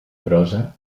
prosa